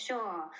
Sure